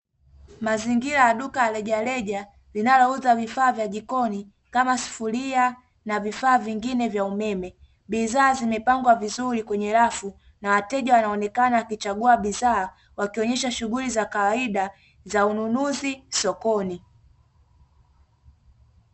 Mazingira ya duka la rejareja linalouza vifaa vya jikoni kama sufuria na vifaa vingine vya umeme. Bidhaa zimepangwa vizuri kwenye rafu na wateja wanaonekana wakichagua bidhaa, wakionyesha shughuli za kawaida za ununuzi sokoni.